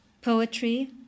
poetry